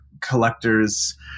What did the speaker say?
collector's